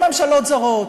לא ממשלות זרות,